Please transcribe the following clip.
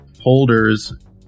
holders